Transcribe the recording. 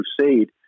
crusade